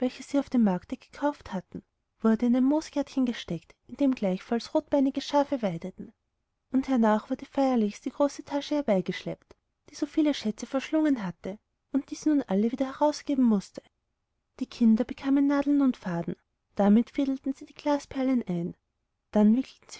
sie auf dem markte gekauft hatten wurde in ein moosgärtchen gesteckt in dem gleichfalls rotbeinige schafe weideten und hernach wurde feierlichst die große tasche herbeigeschleppt die so viele schätze verschlungen hatte und die sie nun alle wieder herausgeben mußte die kinder bekamen nadeln und faden damit fädelten sie die glasperlen ein dann wickelten